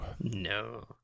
No